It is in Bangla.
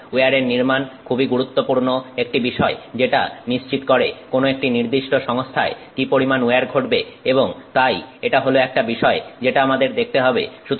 সুতরাং উইয়ারের নির্মাণ খুবই গুরুত্বপূর্ণ একটি বিষয় যেটা নিশ্চিত করে কোন একটি নির্দিষ্ট সংস্থায় কি পরিমান উইয়ার ঘটবে এবং তাই এটা হল একটা বিষয় যেটা আমাদের দেখতে হবে